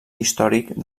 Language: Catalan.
històric